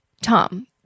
Tom